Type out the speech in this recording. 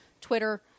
Twitter